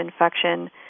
infection